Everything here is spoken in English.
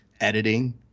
editing